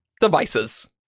devices